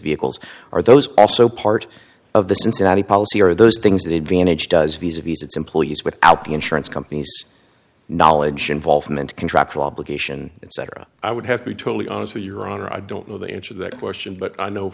vehicles are those also part of the cincinnati policy are those things that advantage does viz a viz its employees without the insurance companies knowledge involvement contractual obligation and cetera i would have to be totally honest with your honor i don't know the answer that question but i know